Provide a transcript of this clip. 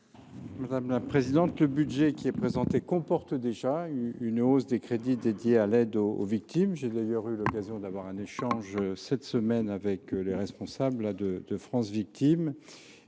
du Gouvernement ? Le budget qui est présenté comporte déjà une hausse des crédits dédiés à l’aide aux victimes. J’ai d’ailleurs eu un échange cette semaine avec les responsables de France Victimes.